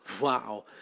wow